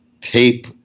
tape